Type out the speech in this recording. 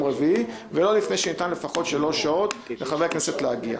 רביעי ולא שניתן לפחות שלוש שעות לחבר הכנסת להגיע.